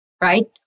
right